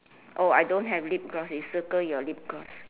oh I don't have lip gloss you circle your lip gloss